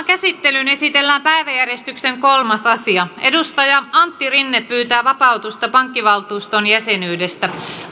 käsittelyyn esitellään päiväjärjestyksen kolmas asia antti rinne pyytää vapautusta pankkivaltuuston jäsenyydestä